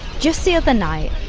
just the other night,